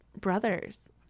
brothers